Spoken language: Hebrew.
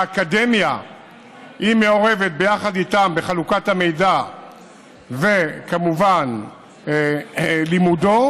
והאקדמיה מעורבת איתם בחלוקת המידע וכמובן לימודו.